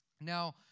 Now